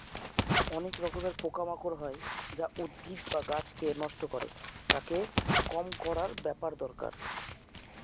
অনেক রকমের পোকা মাকড় হয় যা উদ্ভিদ বা গাছকে নষ্ট করে, তাকে কম করার ব্যাপার দরকার